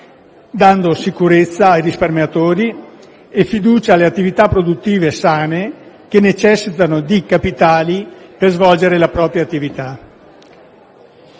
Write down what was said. dando sicurezza ai risparmiatori e fiducia alle attività produttive sane che necessitano di capitali per svolgere la propria attività.